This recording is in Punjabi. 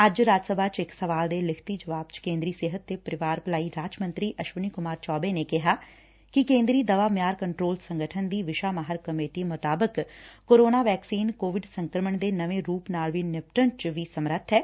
ਅੱਜ ਰਾਜ ਸਭਾ ਚ ਇਕ ਸਵਾਲ ਦੇ ਲਿਖਤੀ ਜਵਾਬ ਵਿਚ ਕੇਦਰੀ ਸਿਹਤ ਤੇ ਪਰਿਵਾਰ ਭਲਾਈ ਰਾਜ ਮੰਤਰੀ ਅਸ਼ਵਨੀ ਕੁਮਾਰ ਚੌਬੇ ਨੇ ਕਿਹਾ ਕਿ ਕੇਂਦਰੀ ਦਵਾ ਮਿਆਰ ਕੰਟਰੋਲ ਸੰਗਠਨ ਦੀ ਵਿਸ਼ਾ ਮਾਹਿਰ ਕਮੇਟੀ ਮੁਤਾਬਿਕ ਕੋਰੋਨਾ ਵੈਕਸੀਨ ਕੋਵਿਡ ਸੰਕਰਮਣ ਦੇ ਨਵੇ' ਰੁਪ ਨਾਲ ਵੀ ਨਿਪਟਣ ਚ ਵੀ ਸਮੱਰਬ ਐ